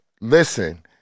listen